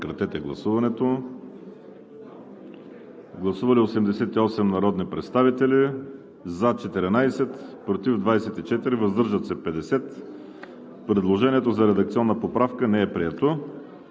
предложена в залата. Гласували 88 народни представители: за 14, против 24, въздържали се 50. Предложението за редакционна поправка не е прието.